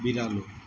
बिरालो